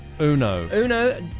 uno